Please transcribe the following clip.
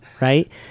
Right